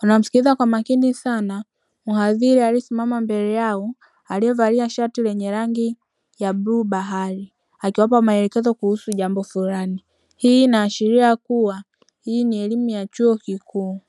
wanamsikiliza kwa makini sana mhadhiri aliyesimama mbele yao, aliyevalia shati lenye rangi ya bluu bahari, akiwapa maelekezo kuhusu jambo fulani. Hii inaashiria kuwa hii ni elimu ya chuo kikuu.